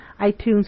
iTunes